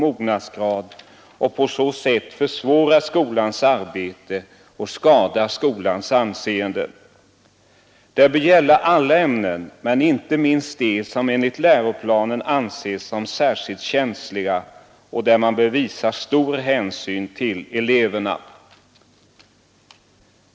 Personligen anser jag att Sveriges Radio ibland nonchalerar läroplanens intentioner, föräldrarnas uppfattningar samt elevernas ålder och mognadsgrad och på så sätt försvårar skolans arbete och skadar skolans anseende.